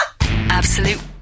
Absolute